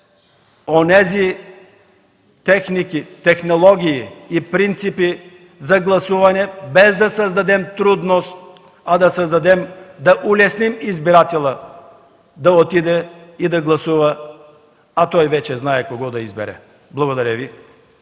въведем техники, технологии и принципи за гласуване, без да създадем трудност, а да улесним избирателя да отиде и да гласува. Той вече знае кого да избере. Благодаря.